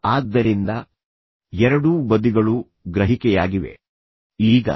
ಆದ್ದರಿಂದ ಎರಡೂ ಬದಿಗಳು ಗ್ರಹಿಕೆಯಾಗಿವೆ ನಾವು ಅರ್ಥಮಾಡಿಕೊಳ್ಳಲು ಪ್ರಯತ್ನಿಸುತ್ತಿದ್ದೇವೆ